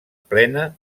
plena